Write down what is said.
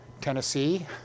Tennessee